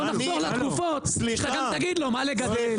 בוא נחזור לתקופות שגם תגיד לו מה לגדל.